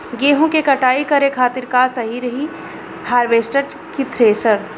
गेहूँ के कटाई करे खातिर का सही रही हार्वेस्टर की थ्रेशर?